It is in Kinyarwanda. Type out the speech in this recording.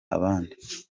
abandi